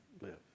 live